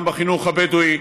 גם בחינוך הבדואי,